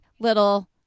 little